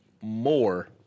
more